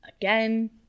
Again